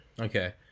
Okay